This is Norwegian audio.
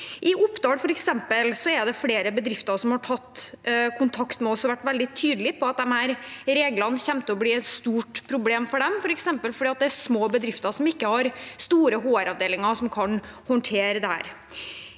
f.eks., er det flere bedrifter som har tatt kontakt med oss og vært veldig tydelig på at disse reglene kommer til å bli et stort problem for dem, f.eks. fordi de er små bedrifter som ikke har store HR-avdelinger som kan håndtere dette.